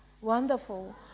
wonderful